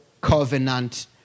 Covenant